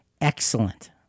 excellent